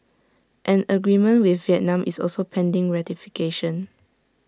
an agreement with Vietnam is also pending ratification